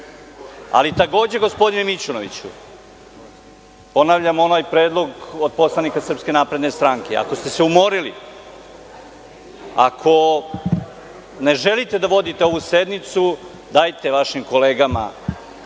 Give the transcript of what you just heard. takođe, gospodine Mićunoviću, ponavljam onaj predlog poslanika SNS, ako ste se umorili, ako ne želite da vodite ovu sednicu, dajte vašim kolegama